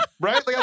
right